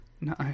No